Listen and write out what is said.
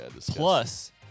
plus